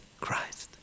Christ